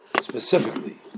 specifically